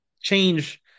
change